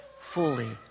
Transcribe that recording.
fully